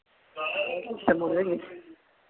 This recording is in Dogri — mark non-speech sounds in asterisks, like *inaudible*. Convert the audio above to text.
*unintelligible*